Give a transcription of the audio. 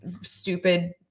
stupid